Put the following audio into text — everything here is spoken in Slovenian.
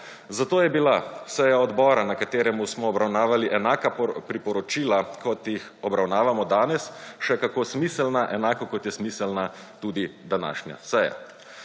Zato je bila seja odbora na katerem smo obravnavali enaka priporočila kot jih obravnavano danes še kako smiselna, enako kot je smiselna tudi današnja seja.